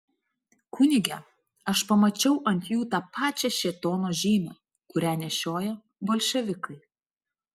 kunige aš pamačiau ant jų tą pačią šėtono žymę kurią nešioja bolševikai